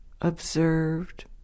observed